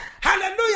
Hallelujah